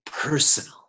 personal